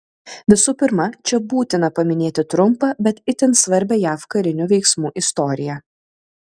visų pirma čia būtina paminėti trumpą bet itin svarbią jav karinių veiksmų istoriją